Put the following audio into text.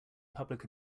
public